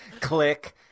Click